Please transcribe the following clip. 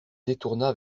détourna